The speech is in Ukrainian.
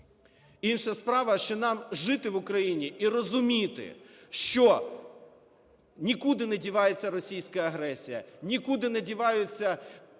Інша справа, що нам жити в Україні і розуміти, що нікуди не дівається російська агресія, нікуди не діваються